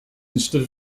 instead